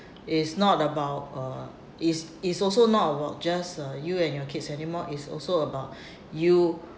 it's not about uh it's it's also not about just uh you and your kids anymore it's also about you